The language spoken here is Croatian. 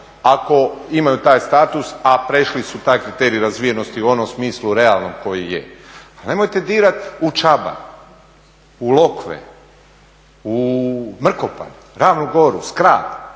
ako imaju taj status, a prešli su taj kriterij razvijenosti u onom smislu realnom koji je. Pa nemojte dirat u Čabar, u Lokve, u Mrkopalj, Ravnu Goru, Skrad.